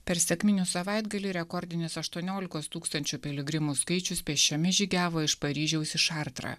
per sekminių savaitgalį rekordinis aštuoniolikos tūkstančių piligrimų skaičius pėsčiomis žygiavo iš paryžiaus į šartrą